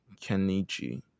Kenichi